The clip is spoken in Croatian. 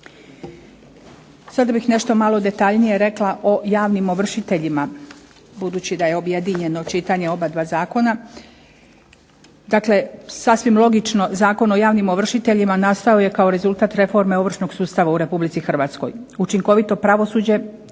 Sada bih nešto malo detaljnije rekla o javnim ovršiteljima, budući da je objedinjeno čitanje obadva zakona. Dakle sasvim logično Zakon o javnim ovršiteljima nastao je kao rezultat reforme ovršnog sustava u Republici Hrvatskoj, učinkovito pravosuđe,